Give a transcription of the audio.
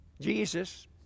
Jesus